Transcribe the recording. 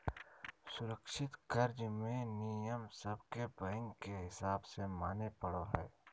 असुरक्षित कर्ज मे नियम सब के बैंक के हिसाब से माने पड़ो हय